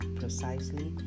precisely